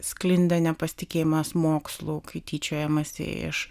sklinda nepasitikėjimas mokslu kai tyčiojamasi iš